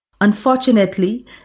Unfortunately